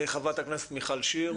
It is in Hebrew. חברת הכנסת מיכל שיר.